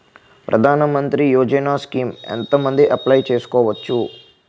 ప్రధాన మంత్రి యోజన స్కీమ్స్ ఎంత మంది అప్లయ్ చేసుకోవచ్చు?